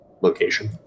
location